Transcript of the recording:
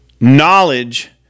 knowledge